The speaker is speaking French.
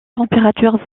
températures